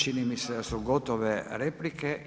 Čini mi se da su gotove replike.